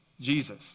Jesus